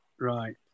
right